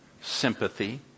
sympathy